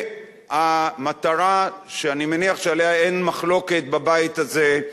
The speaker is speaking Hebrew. והמטרה שאני מניח שעליה אין מחלוקת בבית הזה,